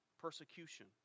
persecution